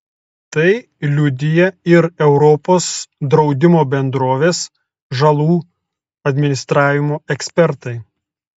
tai liudija ir europos draudimo bendrovės žalų administravimo ekspertai